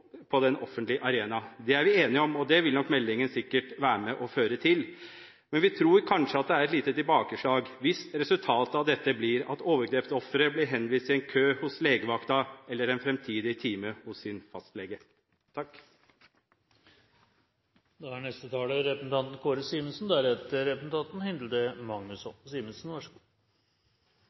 på den offentlige arena. Det er vi enige om, og det vil nok meldingen sikkert være med på å føre til. Men vi tror kanskje det er et lite tilbakeslag hvis resultatet av dette blir at overgrepsofre blir henvist til en kø hos legevakten eller en fremtidig time hos sin fastlege. Hvem kan noen gang glemme lille Christoffers svar til bestemoren da hun spurte hva som